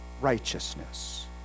Righteousness